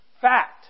Fact